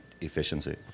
efficiency